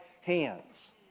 hands